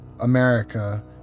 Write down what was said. America